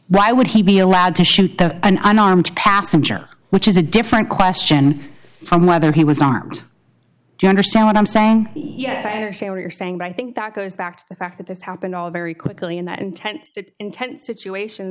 why would he be allowed to shoot an unarmed passenger which is a different question from whether he was armed do you understand what i'm saying yes i say what you're saying but i think that goes back to the fact that this happened all very quickly in that intense intense situations